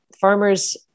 farmers